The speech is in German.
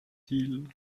deal